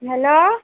hello